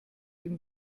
ihm